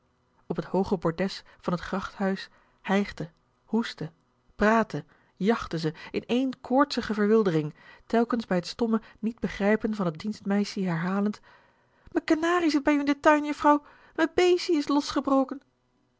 op t hooge bordes van t gracht huis hijgde hoestte praatte jachtte ze in één koortsige verwildering telkens bij t stomme niet begrijpen van t dienstmeissie herhalend me kenarie sit bij u in de tuin juffrouw me beesie is losgebroke